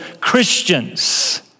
Christians